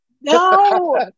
No